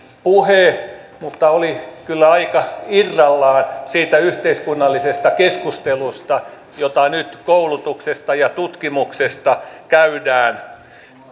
puhe mutta oli kyllä aika irrallaan siitä yhteiskunnallisesta keskustelusta jota nyt koulutuksesta ja tutkimuksesta käydään